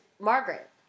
Margaret